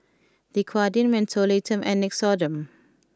Dequadin Mentholatum and Nixoderm